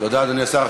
תודה, אדוני השר.